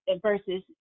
versus